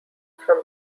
from